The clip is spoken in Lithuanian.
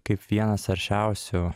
kaip vienas aršiausių